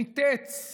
וניתץ